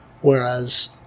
whereas